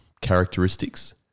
characteristics